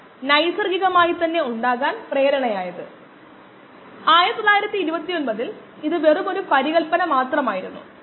input നിരക്ക് 20 ആണെങ്കിൽ സമയം 600 സെക്കൻഡ് അല്ലെങ്കിൽ 10 മിനിറ്റ് ആയിരിക്കും